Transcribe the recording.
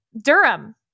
Durham